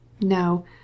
No